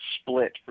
split